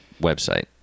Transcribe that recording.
website